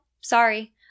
sorry